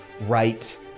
right